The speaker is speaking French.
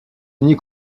unis